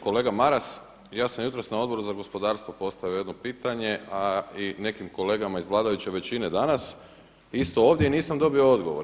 Kolega Maras, ja sam jutros na Odboru za gospodarstvo postavio jedno pitanje, a i nekim kolegama iz vladajuće većine danas isto ovdje i nisam dobio odgovor.